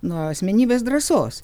nuo asmenybės drąsos